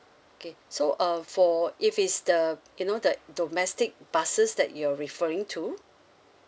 okay so uh for if it's the you know the domestic buses that you are referring to